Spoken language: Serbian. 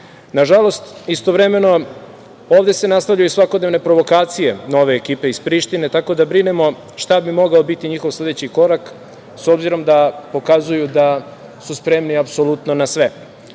Srbije. Nažalost, istovremeno, ovde se nastavljaju svakodnevne provokacije nove ekipe iz Prištine, tako da brinemo šta bi mogao biti njihov sledeći korak, obzirom da pokazuju da su spremni apsolutno na sve.